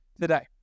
today